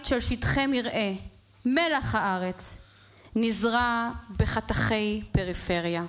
של שטחי מרעה / מלח הארץ / נזרה בחתכי פריפריה".